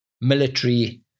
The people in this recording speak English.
military